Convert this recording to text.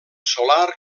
solar